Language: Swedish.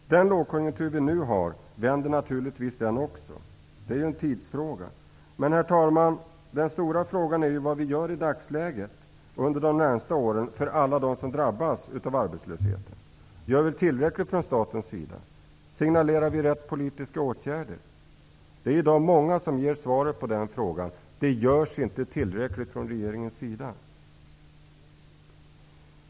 Den lågkonjunktur vi nu har vänder naturligtvis den också -- det är en tidsfråga. Men, herr talman, den stora frågan är vad vi gör i dagsläget och under de närmaste åren för alla dem som drabbas av arbetslösheten. Gör vi tillräckligt från statens sida? Signalerar vi rätt politiska åtgärder? I dag är det många som svarar: Regeringen gör inte tillräckligt.